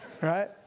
right